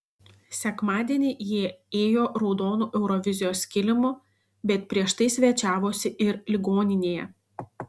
sekmadienį jie ėjo raudonu eurovizijos kilimu bet prieš tai svečiavosi ir ligoninėje